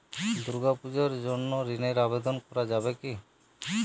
দুর্গাপূজার জন্য ঋণের আবেদন করা যাবে কি?